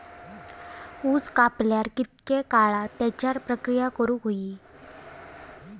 ऊस कापल्यार कितके काळात त्याच्यार प्रक्रिया करू होई?